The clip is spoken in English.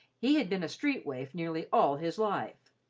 he had been a street waif nearly all his life,